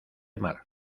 mar